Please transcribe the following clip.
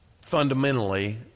fundamentally